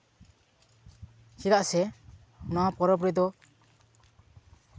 ᱪᱮᱫᱟᱜ ᱥᱮ ᱱᱚᱣᱟ ᱯᱚᱨᱚᱵᱽ ᱨᱮᱫᱚ